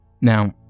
Now